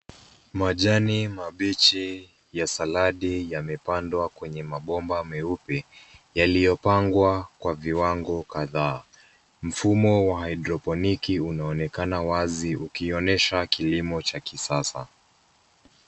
Majani mabichi ya saladi yamepandwa kwenye mabomba meupe yaliyopangwa kwa viwango kadhaa. Mfumo wa haidroponiki unaonekana wazi ukionyesha kilimo cha kisasa.